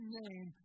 name